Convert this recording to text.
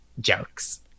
jokes